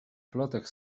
plotek